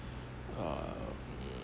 um